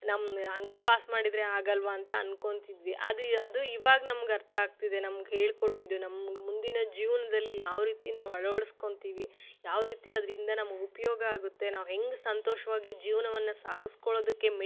ನಮ್ಮನ್ನ ಹಾಗೆ ಪಾಸ್ ಮಾಡಿದರೆ ಆಗೋಲ್ವ ಅಂತ ಅನ್ಕೊತಿದ್ವಿ ಅದು ಅದು ಇವಾಗ ನಮ್ಗೆ ಅರ್ಥ ಆಗ್ತಿದೆ ನಮ್ಗೆ ಹೇಳಿಕೊಟ್ಟಿದ್ದು ನಮ್ಗೆ ಮುಂದಿನ ಜೀವನದಲ್ಲಿ ಯಾವ ರೀತಿ ನಾವು ಅಳ್ವಡಿಸ್ಕೊತೀವಿ ಯಾವ ರೀತಿ ಅದರಿಂದ ನಮ್ಗೆ ಉಪಯೋಗ ಆಗುತ್ತೆ ನಾವು ಹೇಗ್ ಸಂತೋಷವಾಗಿ ಜೀವನವನ್ನ ಸಾಗಿಸ್ಕೊಳೋದಕ್ಕೆ